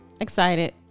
excited